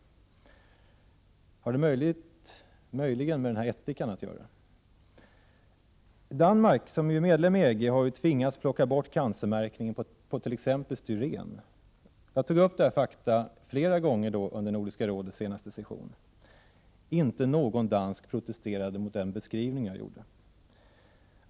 Har det möjligen med ättikan att göra? Danmark, som ju är medlem i EG, har tvingats plocka bort cancermärkningen när det gäller t.ex. styren. Jag tog upp detta faktum flera gånger under Nordiska rådets senaste session. Men inte en enda dansk protesterade mot min beskrivning av saken.